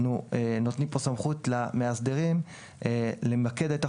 אנחנו נותנים פה סמכות למאסדרים למקד את החובה,